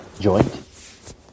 joint